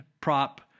Prop